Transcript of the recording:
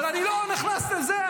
אבל אני לא נכנס לזה.